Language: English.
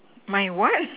my what